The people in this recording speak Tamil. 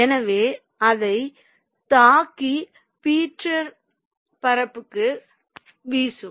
எனவே அதைத் தூக்கி பீட்டர் பரப்புகளுக்கு வீசும்